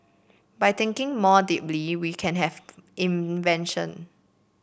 by thinking more deeply we can have invention